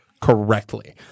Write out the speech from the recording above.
Correctly